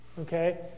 okay